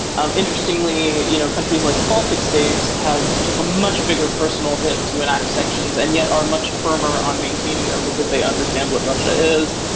um interestingly you know countries like the baltic states have took a much bigger personal hit to enact sanctions and yet are much firmer on maintaining them because they understand what russia is.